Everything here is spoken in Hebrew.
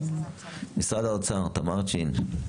משרד האוצר, תמר צ'ין.